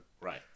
Right